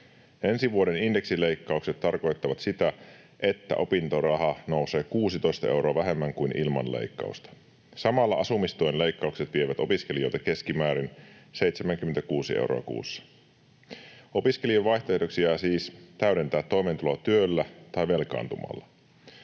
Ensi vuoden indeksileikkaukset tarkoittavat sitä, että opintoraha nousee 16 euroa vähemmän kuin ilman leikkausta. Samalla asumistuen leikkaukset vievät opiskelijoilta keskimäärin 76 euroa kuussa. Opiskelijan vaihtoehdoiksi jäävät siis täydentää toimeentuloa työllä tai velkaantumalla.